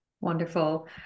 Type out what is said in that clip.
Wonderful